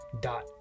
dot